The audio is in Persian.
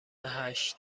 هشت